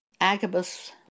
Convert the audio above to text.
Agabus